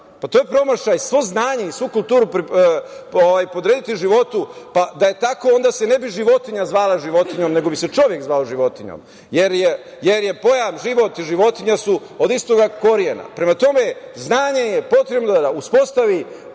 To je promašaj, svo znanje i svu kulturu podrediti životu. Da je tako onda se ne bi životinja zvala životinjom, nego bi se čovek zvao životinjom. Pojam život i životinja su od istog korena. Prema tome, znanje je potrebno da uspostavi